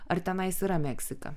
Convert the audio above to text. ar tenais yra meksika